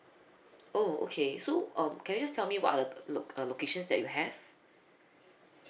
oh okay so um can you just tell me what are the lo~ locations that you have